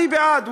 אני בעד.